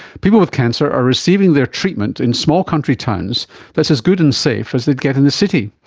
people with cancer are receiving their treatment in small country towns that's as good and safe as they'd get in the city.